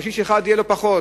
קשיש אחד יהיו לו פחות,